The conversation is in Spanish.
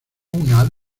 una